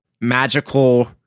magical